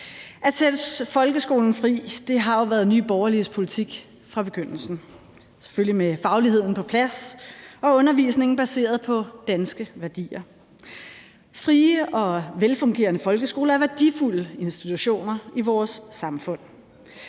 At sætte folkeskolen fri har jo været Nye Borgerliges politik fra begyndelsen, selvfølgelig med fagligheden på plads og undervisningen baseret på danske værdier. Frie og velfungerende folkeskoler er værdifulde institutioner i vores samfund,